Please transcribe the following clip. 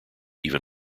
even